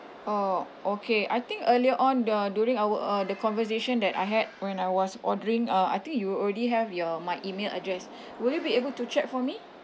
oh okay I think earlier on the during our uh the conversation that I had when I was ordering uh I think you already have your my email address will you be able to check for me